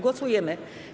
Głosujemy.